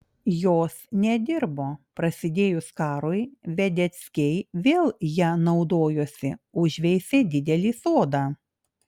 jos nedirbo prasidėjus karui vedeckiai vėl ja naudojosi užveisė didelį sodą